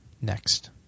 next